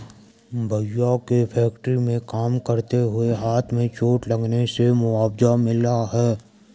भैया के फैक्ट्री में काम करते हुए हाथ में चोट लगने से मुआवजा मिला हैं